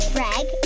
Greg